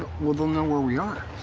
well. they'll know where we are.